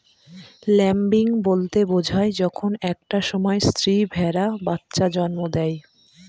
lambing বলতে বোঝায় যখন একটা সময় স্ত্রী ভেড়া বাচ্চা জন্ম দেয়